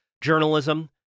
journalism